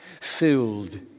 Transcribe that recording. filled